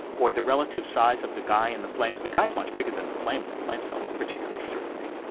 or the relative size of the guy and the flames, the guy's much bigger than the flames. the flames don't look particularly threatening,